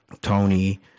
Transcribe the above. Tony